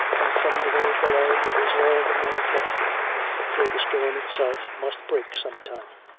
and from the very delay it is all the more dreadful for the storm itself must break some time,